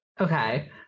Okay